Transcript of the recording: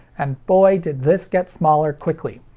and boy, did this get smaller quickly.